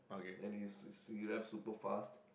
and he's he raps super fast